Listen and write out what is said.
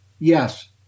Yes